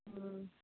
हँ